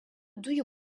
dujų